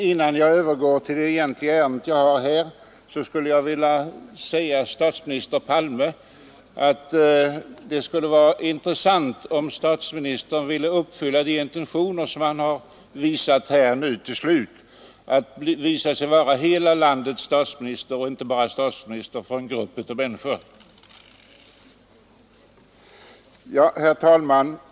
Innan jag övergår till mitt egentliga ärende skulle jag vilja säga till statsminister Palme, att det skulle vara intressant om han ville fullfölja de intentioner som han har visat här till slut, om han ville vara hela landets statsminister och inte bara statsminister för en grupp av människor.